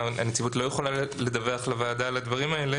הנציבות לא יכולה לדווח לוועדה על הדברים האלה.